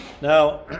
Now